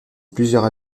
plusieurs